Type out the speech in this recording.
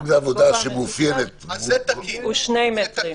גובה המחיצה הוא שני מטרים.